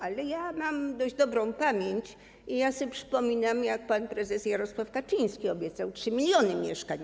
Ale mam dość dobrą pamięć i sobie przypominam, jak pan prezes Jarosław Kaczyński obiecał 3 mln mieszkań.